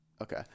Okay